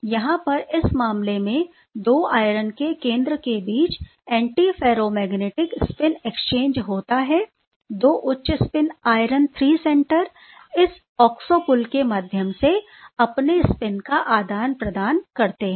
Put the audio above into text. यहां पर इस मामले में 2 आयरन के केंद्र के बीच एंटीफिरोमैग्नेटिक स्पिन एक्सचेंज होता है 2 उच्च स्पिन आयरन III सेंटर इस ऑक्सो पुल के माध्यम से अपने स्पिन का आदान प्रदान करते हैं